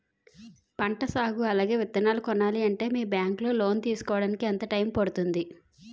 పంట సాగు అలాగే విత్తనాలు కొనాలి అంటే మీ బ్యాంక్ లో లోన్ తీసుకోడానికి ఎంత టైం పడుతుంది?